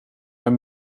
naar